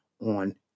on